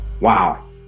Wow